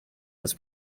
was